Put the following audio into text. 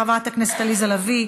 חברת הכנסת עליזה לביא,